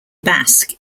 basque